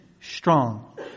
strong